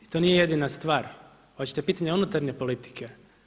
I to nije jedina stvar, hoćete pitanje unutarnje politike?